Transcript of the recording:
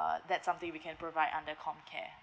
err that's something we can provide under comcare